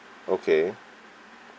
okay